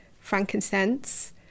frankincense